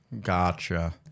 Gotcha